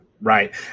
Right